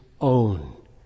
own